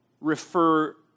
refer